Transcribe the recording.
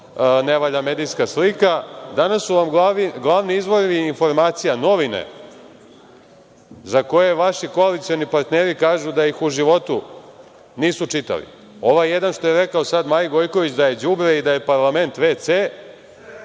ne valja medijska slika, danas su vam glavni izvori informacija novine za koje vaši koalicioni partneri kažu da ih u životu nisu čitali. Ovaj jedan što je rekao sad Maji Gojković da je đubre i da je parlament VC,